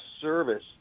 service